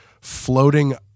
floating